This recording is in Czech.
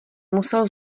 musel